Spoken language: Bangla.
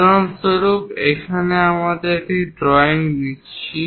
উদাহরণস্বরূপ এখানে আমরা একটি ড্রয়িং নিচ্ছি